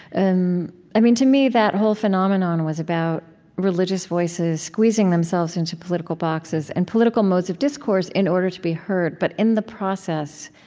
and i mean, to me that whole phenomenon was about religious voices squeezing themselves into political boxes, and political modes of discourse in order to be heard. but in the process,